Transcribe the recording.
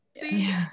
See